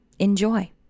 enjoy